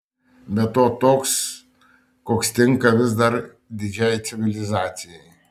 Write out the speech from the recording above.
be to toks koks tinka vis dar didžiai civilizacijai